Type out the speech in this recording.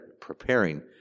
Preparing